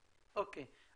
אוקיי,